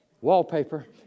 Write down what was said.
wallpaper